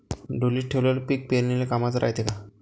ढोलीत ठेवलेलं पीक पेरनीले कामाचं रायते का?